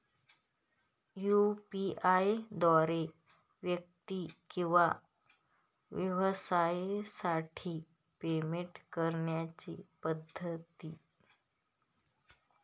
UPI द्वारे व्यक्ती किंवा व्यवसायांसाठी पेमेंट करण्याच्या पद्धती